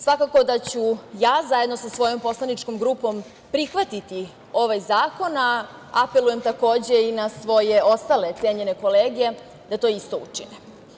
Svakako da ću ja, zajedno sa svojom poslaničkom grupom, prihvatiti ovaj zakon, a apelujem takođe i na svoje ostale cenjene kolege da to isto učine.